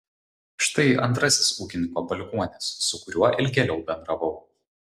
štai antrasis ūkininko palikuonis su kuriuo ilgėliau bendravau